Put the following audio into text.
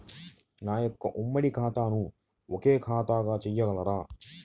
నా యొక్క ఉమ్మడి ఖాతాను ఒకే ఖాతాగా చేయగలరా?